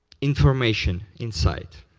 information inside.